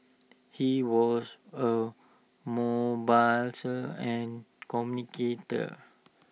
he was A mobiliser and communicator